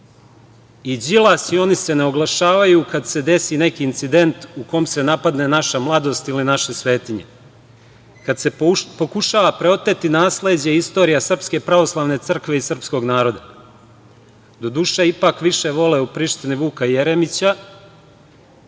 I Đilas i oni se ne oglašavaju kada se desi neki incident u kome se napadne naša mladost ili naše svetinje, kada se pokušava preoteti nasleđe i istorija SPC i srpskog naroda. Doduše, više vole u Prištini Vuka Jeremića,